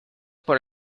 por